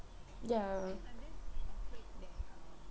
ya